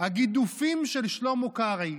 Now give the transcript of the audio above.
"הגידופים של שלמה קרעי".